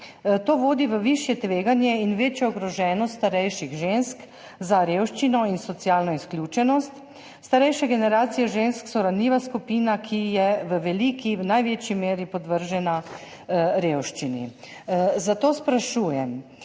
To vodi v višje tveganje in večjo ogroženost starejših žensk za revščino in socialno izključenost. Starejše generacije žensk so ranljiva skupina, ki je v veliki, v največji meri podvržena revščini. Zato sprašujem: